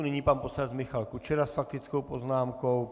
Nyní pan poslanec Michal Kučera s faktickou poznámkou.